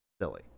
silly